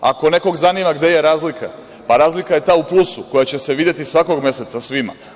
Ako nekog zanima gde je razlika, pa razlika je ta u plusu koja će se videti svakog meseca svima.